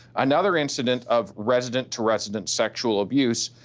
another incident of resident-to-resident sexual abuse.